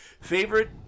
Favorite